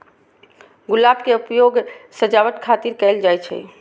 गुलाब के उपयोग सजावट खातिर कैल जाइ छै